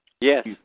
Yes